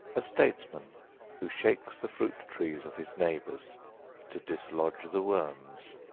a statesman who shakes the fruit trees of his neighbors to dislodge the worms.